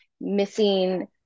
missing